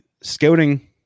scouting